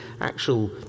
actual